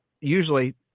usually